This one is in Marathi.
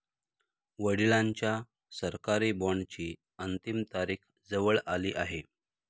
वडिलांच्या सरकारी बॉण्डची अंतिम तारीख जवळ आली आहे